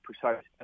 precise